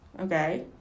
Okay